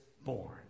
born